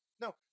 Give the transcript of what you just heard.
No